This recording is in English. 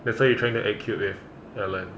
that's why you trying to act cute with alan